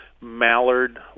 mallard